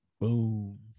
Boom